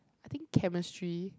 I think chemistry